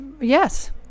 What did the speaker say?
Yes